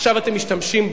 עכשיו אתם משתמשים בו.